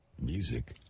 Music